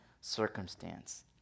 circumstance